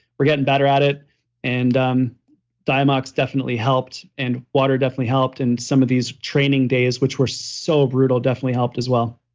we're getting better at it and um diamox definitely helped and water definitely helped, and some of these training days, which were so brutal definitely helped as well